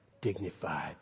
dignified